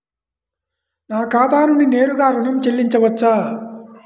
నా ఖాతా నుండి నేరుగా ఋణం చెల్లించవచ్చా?